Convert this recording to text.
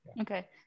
Okay